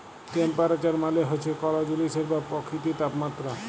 temperature মালে হছে কল জিলিসের বা পকিতির তাপমাত্রা